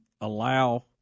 allow